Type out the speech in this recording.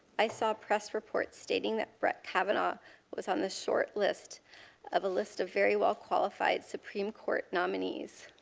i saw a press report stating that brett kavanaugh was on the short list of list of very well-qualified supreme court nominees.